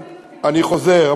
אני חוזר,